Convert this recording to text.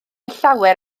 llawer